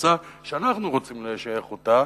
לקבוצה שאנחנו רוצים לשייך אותה,